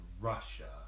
Russia